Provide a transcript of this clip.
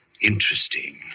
interesting